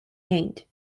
hanged